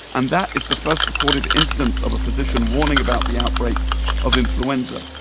and that is the first recorded instance of a physician warning about the outbreak of influenza.